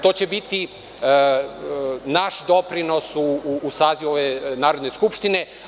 To će biti naš doprinos u sazivu ove Narodne skupštine.